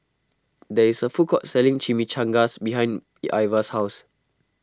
there is a food court selling Chimichangas behind Ivah's house